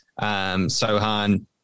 Sohan